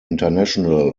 international